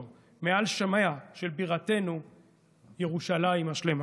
אותו מעל שמיה של בירתנו ירושלים השלמה.